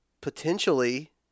potentially